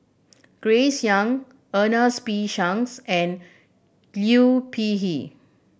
Grace Young Ernest P Shanks and Liu Peihe